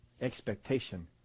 expectation